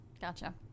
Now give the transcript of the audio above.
Gotcha